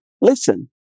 listen